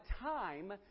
time